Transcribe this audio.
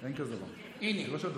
אין כזה דבר, זה לא של הדוברת,